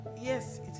Yes